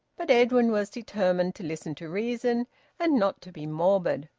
but edwin was determined to listen to reason and not to be morbid.